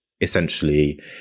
essentially